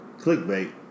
clickbait